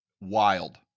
Wild